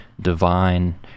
divine